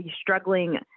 struggling